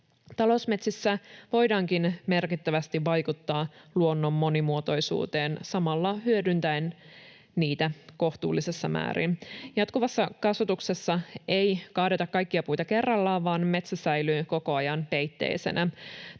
Talousmetsissä voidaankin merkittävästi vaikuttaa luonnon monimuotoisuuteen samalla hyödyntäen niitä kohtuullisissa määrin. Jatkuvassa kasvatuksessa ei kaadeta kaikkia puita kerrallaan vaan metsä säilyy koko ajan peitteisenä.